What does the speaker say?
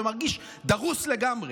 שמרגיש דרוס לגמרי.